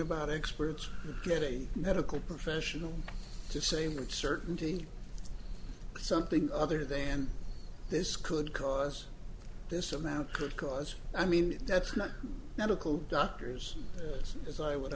about experts getting medical professionals to same uncertainty something other than this could cause this amount could cause i mean that's not medical doctors as i would